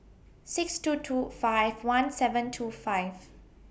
six two two five one seven two five